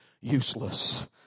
useless